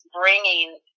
bringing